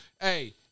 Hey